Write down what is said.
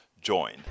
join